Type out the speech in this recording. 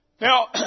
Now